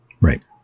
Right